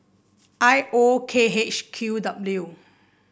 I O K H Q W